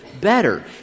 better